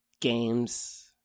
games